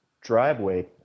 driveway